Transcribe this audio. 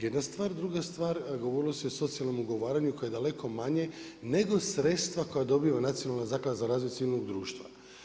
Jedna stvar, druga stvar govorilo se o socijalnom ugovaranju koja je daleko manje, nego sredstva koja dobiva nacionalna zaklada za razvoj civilnog društva.